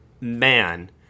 man